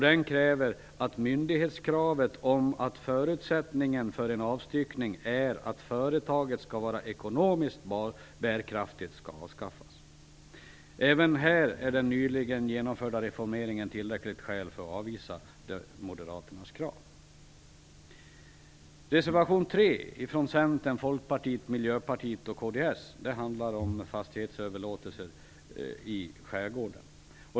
Den kräver att myndighetskravet om att förutsättningen för en avstyckning är att företaget skall vara ekonomiskt bärkraftigt skall avskaffas. Även här är den nyligen genomförda reformeringen tillräckligt skäl för att avvisa moderaternas krav. Reservation 3 från Centern, Folkpartiet, Miljöpartiet och kds handlar om fastighetsöverlåtelser i skärgården.